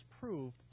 proved